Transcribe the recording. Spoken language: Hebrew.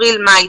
אפריל ומאי,